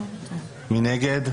מי נגד?